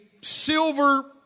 silver